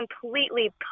completely